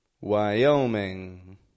Wyoming